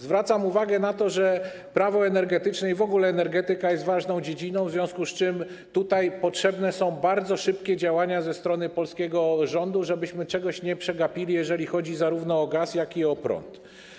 Zwracam uwagę na to, że Prawo energetyczne - i w ogóle energetyka - jest ważną dziedziną, w związku z czym potrzebne są bardzo szybkie działania ze strony polskiego rządu po to, żebyśmy czegoś nie przegapili, jeżeli chodzi zarówno o gaz, jak i o prąd.